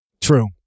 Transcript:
True